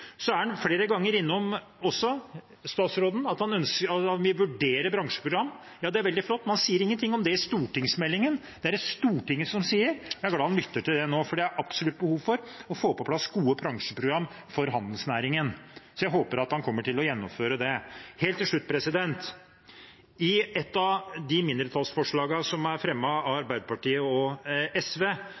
er også flere ganger innom at han vil vurdere bransjeprogram, det er veldig flott, men han sier ingen ting om det i stortingsmeldingen. Det er det Stortinget som sier. Jeg er glad han lytter til det nå, for det er absolutt behov for å få på plass gode bransjeprogram for handelsnæringen. Jeg håper at han kommer til å gjennomføre det. Helt til slutt: I ett av mindretallsforslagene som er fremmet av Arbeiderpartiet og SV,